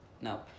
No